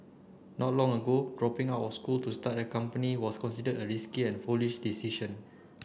not long ago dropping out of school to start a company was considered a risky and foolish decision